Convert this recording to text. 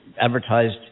advertised